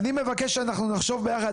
אני מבקש שנחשוב יחד